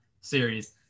series